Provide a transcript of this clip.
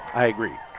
i agree.